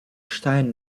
stein